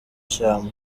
shyamba